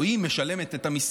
היא משלמת את המיסים,